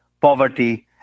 poverty